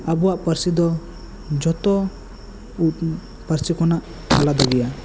ᱟᱵᱚᱣᱟᱜ ᱯᱟᱹᱨᱥᱤ ᱫᱚ ᱡᱚᱛᱚ ᱯᱟᱹᱨᱥᱤ ᱠᱷᱚᱱᱟᱜ ᱟᱞᱟᱫᱟ ᱜᱮᱭᱟ